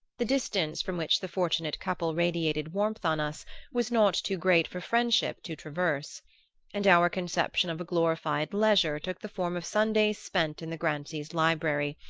the distance from which the fortunate couple radiated warmth on us was not too great for friendship to traverse and our conception of a glorified leisure took the form of sundays spent in the grancys' library,